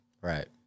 Right